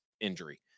injury